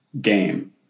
game